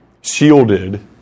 shielded